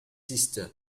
sister